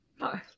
No